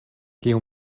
kiu